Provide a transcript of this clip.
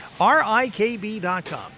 RIKB.com